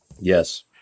Yes